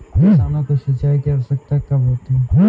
किसानों को सिंचाई की आवश्यकता कब होती है?